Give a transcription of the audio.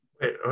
Wait